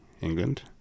England